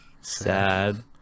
Sad